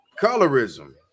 colorism